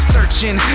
Searching